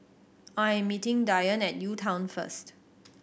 I am meeting Dyan at UTown first